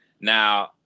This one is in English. Now